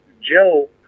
Joe